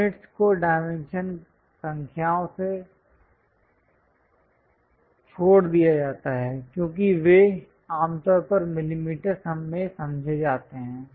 units को dimension संख्या से छोड़ दिया जाता है क्योंकि वे आमतौर पर मिलीमीटर में समझे जाते हैं